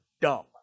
Dumb